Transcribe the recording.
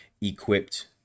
equipped